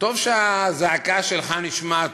טוב שהזעקה שלך נשמעת.